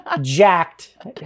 jacked